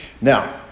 Now